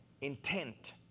intent